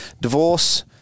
divorce